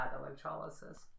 electrolysis